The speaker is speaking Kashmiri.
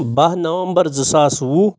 باہ نوَمبر زٕ ساس وُہ